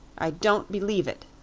i don't believe it,